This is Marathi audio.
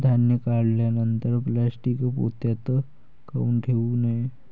धान्य काढल्यानंतर प्लॅस्टीक पोत्यात काऊन ठेवू नये?